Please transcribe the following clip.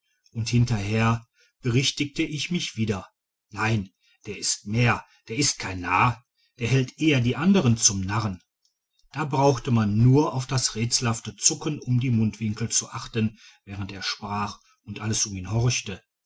und hinterher berichtigte ich mich wieder nein der ist mehr der ist kein narr der hält eher die anderen zum narren da brauchte man nur auf das rätselhafte zucken um die mundwinkel zu achten während er sprach und alles um ihn horchte